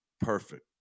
perfect